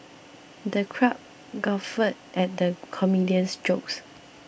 the crowd guffawed at the comedian's jokes